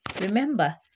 remember